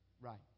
right